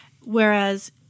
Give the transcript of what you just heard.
Whereas